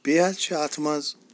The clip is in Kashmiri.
بیٚیہِ حظ چھ اَتھ منٛز